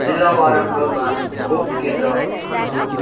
जिल्ला वारङ्गलमा खोप केन्द्र खोज्नुहोस्